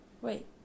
wait